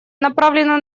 направлено